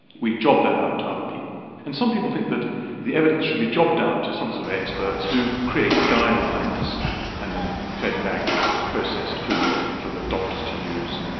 we job that out to other people. and some people think that the evidence should be jobbed out to some sort of experts who create guidelines and then fed back in sort of processed food for the doctors to use.